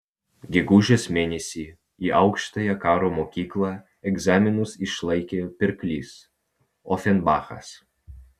gegužės mėnesį į aukštąją karo mokyklą egzaminus išlaikė pirklys ofenbachas